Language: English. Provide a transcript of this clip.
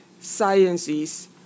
sciences